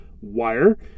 wire